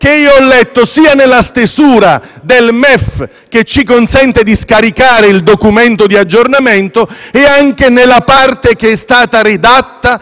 che io ho letto sia nella stesura del MEF (che consente di scaricare il documento di aggiornamento) e anche nella parte che è stata redatta